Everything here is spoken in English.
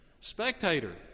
Spectator